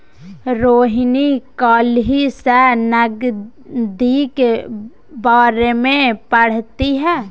रोहिणी काल्हि सँ नगदीक बारेमे पढ़तीह